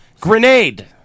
Grenade